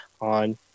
on